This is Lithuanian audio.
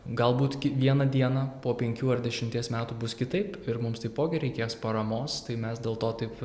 galbūt ki vieną dieną po penkių ar dešimties metų bus kitaip ir mums taipogi reikės paramos tai mes dėl to taip